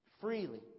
Freely